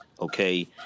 okay